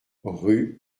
rue